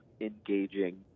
engaging